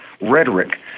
rhetoric